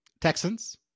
texans